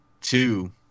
Two